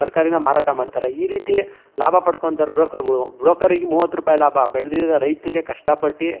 ತರಕಾರಿನ ಮಾರಾಟ ಮಾಡ್ತಾರೆ ಈ ರೀತಿ ಲಾಭ ಪಡ್ಕೊಳ್ತಾರೆ ಬ್ರೋಕರ್ಗಳು ಬ್ರೋಕರಿಗೆ ಮೂವತ್ತು ರೂಪಾಯಿ ಲಾಭ ಬೆಳೆದ ರೈತರಿಗೆ ಕಷ್ಟಪಟ್ಟು